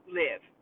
live